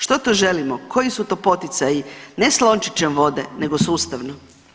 Što to želimo, koji su to poticaji, ne s lončićem vode nego sustavno?